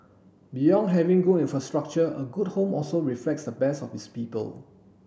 beyond having good infrastructure a good home also reflects the best of its people